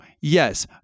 yes